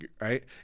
right